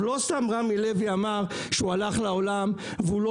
לא סתם רמי לוי אמר שהוא הלך לעולם והוא לא